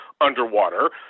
underwater